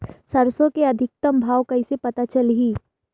सरसो के अधिकतम भाव कइसे पता चलही?